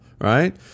right